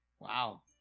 Wow